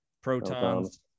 protons